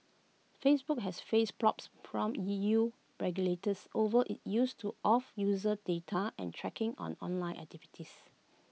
Facebook has faced probes from E U regulators over its use of user data and tracking on online activities